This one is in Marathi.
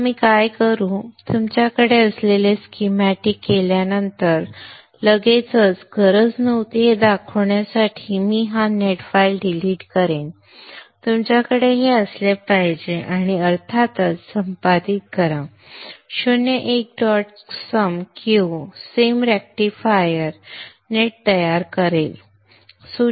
तर आपण काय करू तुमच्याकडे असलेले स्कीमॅटिक्स केल्यानंतर लगेचच गरज नव्हती हे दाखवण्यासाठी मी ही नेट फाइल डिलीट करेन तुमच्याकडे हे असले पाहिजे आणि अर्थातच संपादित करा 0 1 डॉट सम q सिम रेक्टिफायर नेट तयार करेल